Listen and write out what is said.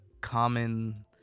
common